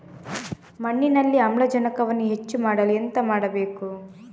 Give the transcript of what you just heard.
ಮಣ್ಣಿನಲ್ಲಿ ಆಮ್ಲಜನಕವನ್ನು ಹೆಚ್ಚು ಮಾಡಲು ಎಂತ ಮಾಡಬೇಕು?